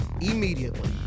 immediately